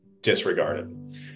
disregarded